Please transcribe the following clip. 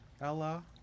Ella